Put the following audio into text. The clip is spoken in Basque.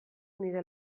nire